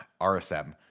RSM